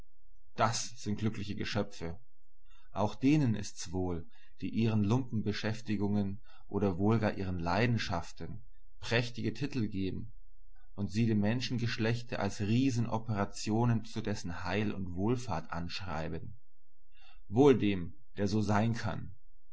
das sind glückliche geschöpfe auch denen ist's wohl die ihren lumpenbeschäftigungen oder wohl gar ihren leidenschaften prächtige titel geben und sie dem menschengeschlechte als riesenoperationen zu dessen heil und wohlfahrt anschreiben wohl dem der so sein kann